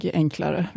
enklare